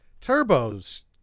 Turbo's